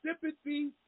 sympathy